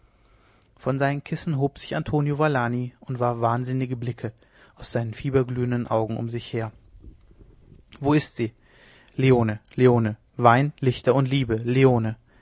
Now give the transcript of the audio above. von seinen kissen hob sich antonio valani und warf wahnsinnige blicke aus seinen fieberglühenden augen um sich her wo ist sie leone leone wein lichter und liebe